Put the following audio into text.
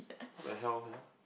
what the hell sia